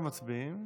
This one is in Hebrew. עכשיו מצביעים.